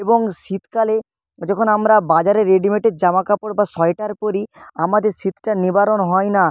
এবং শীতকালে যখন আমরা বাজারে রেডিমেডের জামা কাপড় বা সোয়াটার পরি আমাদের শীতটা নিবারণ হয় না